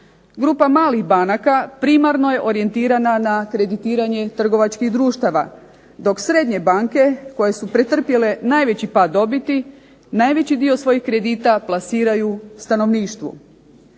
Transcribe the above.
Grupa malih banaka primarno je orijentirana na kreditiranje trgovačkih društava dok srednje banke koje su pretrpjele najveći pad dobiti najveći dio svojih kredita plasiraju stanovništvu.